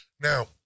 Now